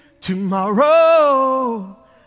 Tomorrow